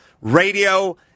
Radio